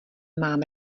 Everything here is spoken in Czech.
mám